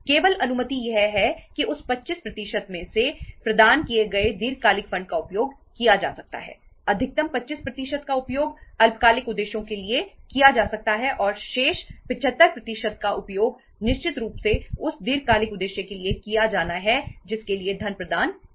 केवल अनुमति यह है कि उस 25 में से प्रदान किए गए दीर्घकालिक फंड का उपयोग किया जा सकता है अधिकतम 25 का उपयोग अल्पकालिक उद्देश्यों के लिए किया जा सकता है और शेष 75 का उपयोग निश्चित रूप से उस दीर्घकालिक उद्देश्य के लिए किया जाना है जिसके लिए धन प्रदान किया गया